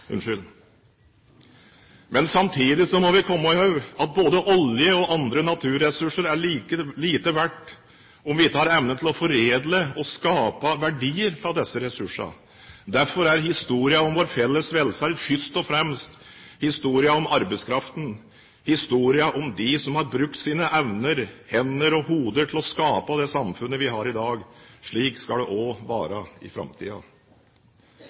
Samtidig må vi huske at både olje og andre naturressurser er lite verdt om vi ikke har evne til å foredle og skape verdier av disse ressursene. Derfor er historien om vår felles velferd først og fremst historien om arbeidskraften, historien om dem som har brukt sine evner, hender og hoder til å skape det samfunnet vi har i dag. Slik skal det også være i